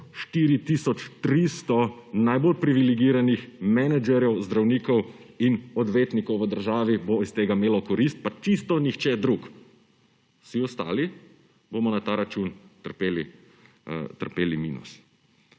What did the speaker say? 300 najbolj privilegiranih menedžerjev, zdravnikov in odvetnikov v državi bo iz tega imelo korist, pa čisto nihče drug. Vsi ostali bomo na ta račun trpeli minus.